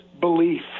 belief